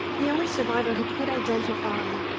the only survivor who could identify